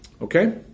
Okay